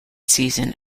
season